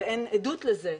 ואין עדות לזה,